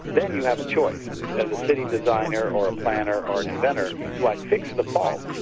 then you have a choice as a city designer or a planner or an inventor, do i fix the faults?